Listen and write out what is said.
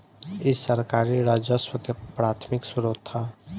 इ सरकारी राजस्व के प्राथमिक स्रोत ह